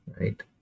right